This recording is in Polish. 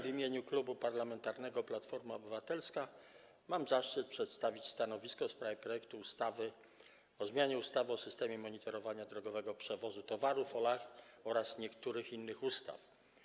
W imieniu Klubu Parlamentarnego Platforma Obywatelska mam zaszczyt przedstawić stanowisko w sprawie projektu ustawy o zmianie ustawy o systemie monitorowania drogowego przewozu towarów oraz niektórych innych ustaw.